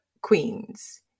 queens